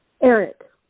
Eric